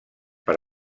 per